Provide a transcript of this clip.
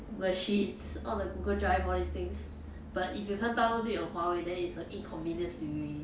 google sheets all the google drive all these things but if you can't downloaded it on huawei then it's a inconvenience to you already